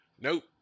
nope